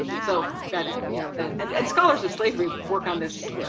so that you know that and scholars of slavery work on this.